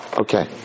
Okay